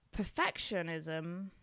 perfectionism